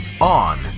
on